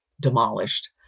demolished